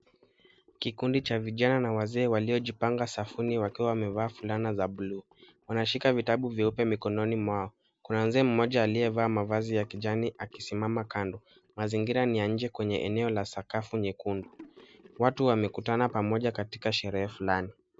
Kikundi cha vijana na wazee waliojipanga safuni wakiwa wamevaa fulana za buluu. Wanashika vitabu vyeupe mikononi mwao. Kuna mzee mmoja aliyevalia mavazi ya kijani akisimama kando. Mazingira ni ya nje kwenye eneo la sakafu nyekundu. Watu wamekutana pamoja katika sherehe fulani.